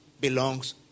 belongs